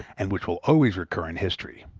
and which will always recur in history.